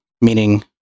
meaning